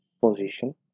position